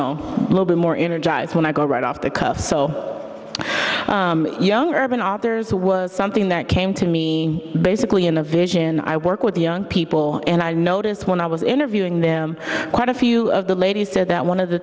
know a little bit more energized when i go right off the cuff so young urban authors who was something that came to me basically in a vision i work with young people and i noticed when i was interviewing them quite a few of the ladies said that one of the